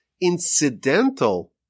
incidental